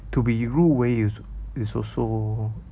to be 入围 is is also